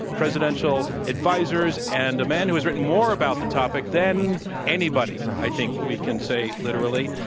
presidential advisers, and a man who has written more about the topic than anybody, i think we can say literally.